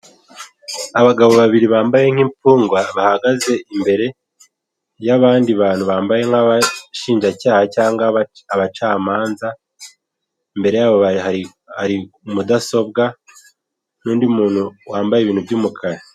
Abagabo babiri bambaye nk'imfungwa bahagaze imbere y'abandi bantu bambaye nk'abashinjacyaha cyangwa abacamanza, imbere ya bo hari mudasobwa n'undi muntu wambaye ibintu by'umukara.